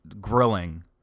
grilling